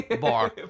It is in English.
Bar